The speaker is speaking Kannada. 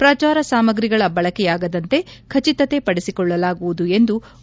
ಪ್ರಚಾರ ಸಾಮಗ್ರಿಗಳ ಬಳಕೆಯಾಗದಂತೆ ಖಚಿತತೆ ಪಡಿಸಿಕೊಳ್ಳಲಾಗುವುದು ಎಂದು ಒ